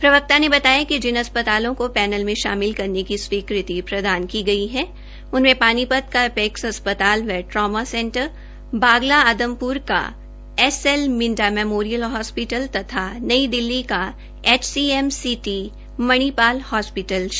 प्रवक्ता ने बताया कि जिन अस्पतालों को पैनल में शामिल करने की स्वीकृति प्रदान की गई है उनमें पानीपत का एपेक्स अस्पताल एवं ट्रॉमा सेंटर बागला आदमप्र का S L Minda memorial hospital तथा नई दिल्ली का एचसीएमसीटी मणिपाल हॉस्पिटल शामिल हैं